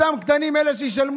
אותם קטנים הם אלה שישלמו,